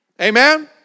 Amen